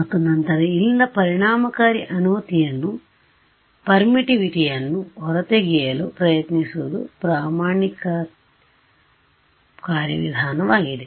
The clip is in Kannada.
ಮತ್ತು ನಂತರ ಇಲ್ಲಿಂದ ಪರಿಣಾಮಕಾರಿ ಅನುಮತಿಯನ್ನು ಹೊರತೆಗೆಯಲು ಪ್ರಯತ್ನಿಸುವುದು ಪ್ರಮಾಣಿತ ಕಾರ್ಯವಿಧಾನವಾಗಿದೆ